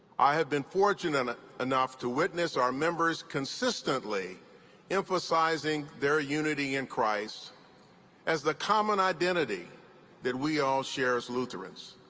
i have been fortunate enough to witness our members consistently emphasizing their unity in christ as the common identity that we all share as lutherans.